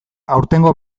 aurtengo